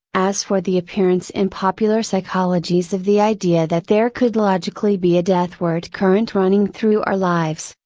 as for the appearance in popular psychologies of the idea that there could logically be a deathward current running through our lives,